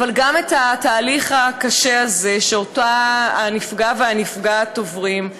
אבל גם בתהליך הקשה הזה שהנפגע והנפגעת עוברים,